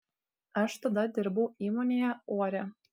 aš tada dirbau įmonėje uorė